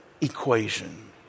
equation